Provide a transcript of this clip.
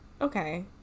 Okay